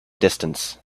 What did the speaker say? distance